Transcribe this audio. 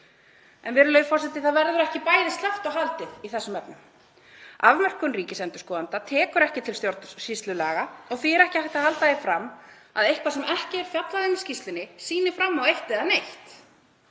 En, virðulegur forseti, það verður ekki bæði sleppt og haldið í þessum efnum. Afmörkun ríkisendurskoðanda tekur ekki til stjórnsýslulaga og því er ekki hægt að halda því fram að eitthvað sem ekki er fjallað um í skýrslunni sýni fram á eitt eða neitt.